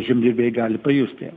žemdirbiai gali pajusti